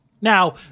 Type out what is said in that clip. Now